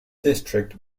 district